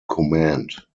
command